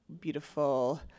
beautiful